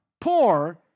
Poor